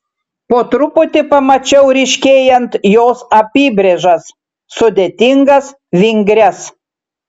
po truputį pamačiau ryškėjant jos apybrėžas sudėtingas vingrias